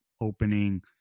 opening